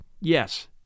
yes